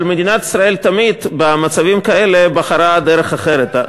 אבל מדינת ישראל תמיד במצבים כאלה בחרה דרך אחרת.